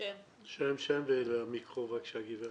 שם ולמיקרופון, בבקשה, גברת.